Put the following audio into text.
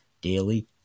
daily